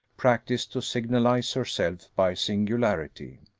practised to signalize herself by singularity.